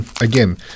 again